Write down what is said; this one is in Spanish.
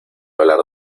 hablar